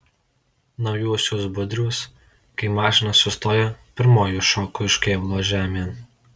naujuosiuos budriuos kai mašina sustoja pirmoji šoku iš kėbulo žemėn